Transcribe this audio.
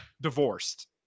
divorced